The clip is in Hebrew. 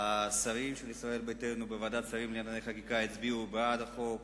השרים של ישראל ביתנו הצביעו בוועדת השרים לענייני חקיקה בעד החוק.